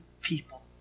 people